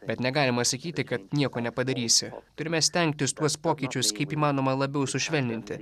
bet negalima sakyti kad nieko nepadarysi turime stengtis tuos pokyčius kaip įmanoma labiau sušvelninti